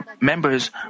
members